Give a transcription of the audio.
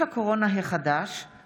ליישום המדיניות הכלכלית לשנת התקציב 2019)